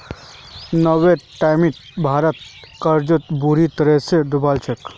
नब्बेर टाइमत भारत कर्जत बुरी तरह डूबाल छिले